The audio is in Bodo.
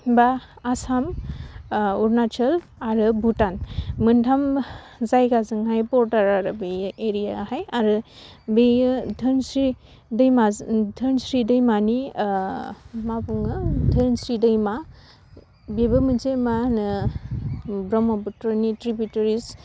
बा आसाम अरुणाचल आरो भुटान मोन्थाम जायगाजोंहाय बर्डार आरो बे एरियाहाय आरो बेयो दोनस्रि दैमा दोनस्रि दैमानि मा बुङो दोनस्रि दैमा बेबो मोनसे मा होनो ब्रह्मपुट्रनि ट्रिबुटारिस